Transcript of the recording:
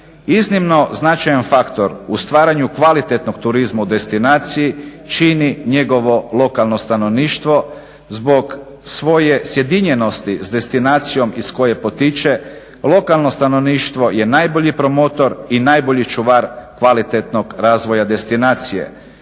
iznimno značajan faktor u stvaranju kvalitetnog turizma u destinaciji čini njegovo lokalno stanovništvo zbog svoje sjedinjenosti s destinacijom iz koje potiče lokalno stanovništvo je najbolji promotor i najbolji čuvar kvalitetnog razvoja destinacije.